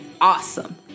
awesome